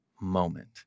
moment